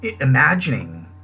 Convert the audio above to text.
imagining